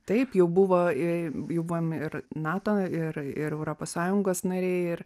taip jau buvo jau buvom ir nato ir ir europos sąjungos nariai ir